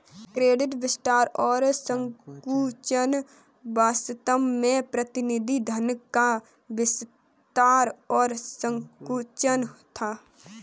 credit विस्तार और संकुचन वास्तव में प्रतिनिधि धन का विस्तार और संकुचन था